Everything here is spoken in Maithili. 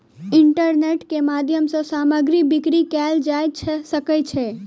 इंटरनेट के माध्यम सॅ सामग्री बिक्री कयल जा सकै छै